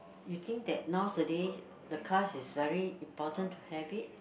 you think that nowadays the cars is very important to have it